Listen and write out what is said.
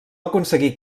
aconseguir